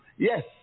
Yes